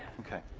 okay.